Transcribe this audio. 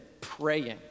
praying